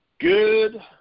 Good